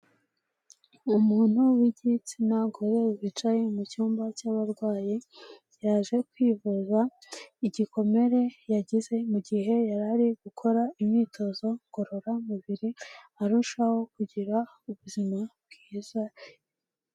Umuntu w'igitsina gore wicaye mu cyumba cy'abarwayi, yaje kwivuza igikomere yagize mu gihe yari ari gukora imyitozo ngorora mubiri, arushaho kugira ubuzima bwiza.